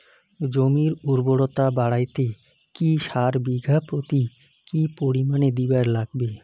জমির উর্বরতা বাড়াইতে কি সার বিঘা প্রতি কি পরিমাণে দিবার লাগবে?